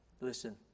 Listen